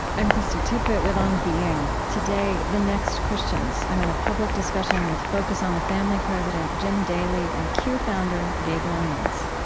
i'm krista tippett with on being. today, the next christians. i'm in a public discussion with focus on the family president jim daly and q founder gabe lyons